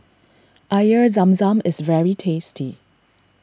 Air Zam Zam is very tasty